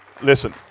Listen